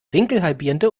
winkelhalbierende